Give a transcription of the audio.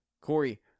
Corey